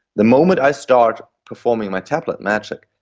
the moment i start performing my tablet magic,